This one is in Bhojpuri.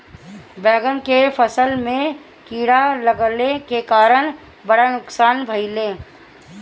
बैंगन के फसल में कीड़ा लगले के कारण बड़ा नुकसान भइल